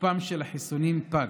שתוקפם של החיסונים פג.